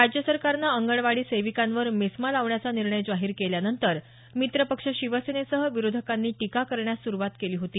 राज्य सरकारनं अंगणवाडी सेविकांवर मेस्मा लावण्याचा निर्णय जाहीर केल्यानंतर मित्रपक्ष शिवसेनेसहित विरोधकांनी टीका करण्यास सुरुवात केली होती